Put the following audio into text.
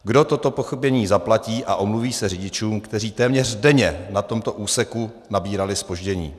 Kdo toto pochybení zaplatí a omluví se řidičům, kteří téměř denně na tomto úseku nabírali zpoždění?